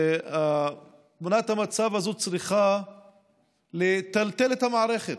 תמונת המצב הזאת צריכה לטלטל את המערכת.